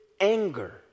anger